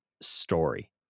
story